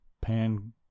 pan